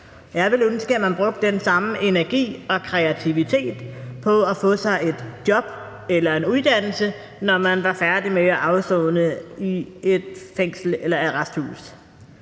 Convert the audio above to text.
Jeg ville ønske, at man brugte den samme energi og kreativitet på at få sig et job eller en uddannelse, når man var færdig med at afsone i et fængsel eller arresthus.